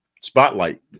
spotlight